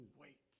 wait